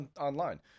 online